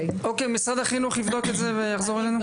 משרד החינוך יבדוק את זה ויחזור אלינו.